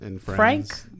Frank